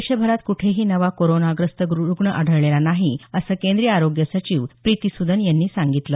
देशभरात कुठेही नवा कोरोनाग्रस्त रुग्ण आढळलेला नाही असं केंद्रीय आरोग्य सचिव प्रीती सुदन यांनी सांगितलं